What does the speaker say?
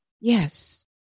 Yes